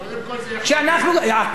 הכול יכול להיות.